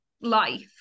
life